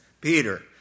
peter